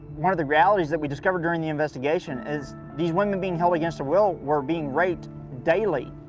one of the realities that we discovered during the investigation is these women being held against their will were being raped daily,